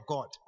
God